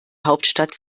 hauptstadt